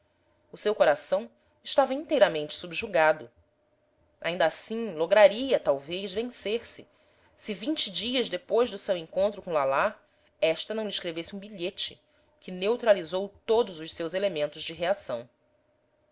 o seu coração estava inteiramente subjugado ainda assim lograria talvez vencer-se se vinte dias depois do seu encontro com lalá esta não lhe escrevesse um bilhete que neutralizou todos os seus elementos de reação